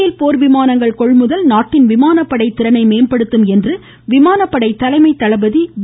பேல் போர் விமானங்கள் கொள்முதல் நாட்டின் விமானப்படை திறனை மேம்படுத்தும் என்று விமானப்படை தலைமை தளபதி டி